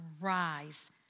rise